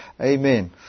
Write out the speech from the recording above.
Amen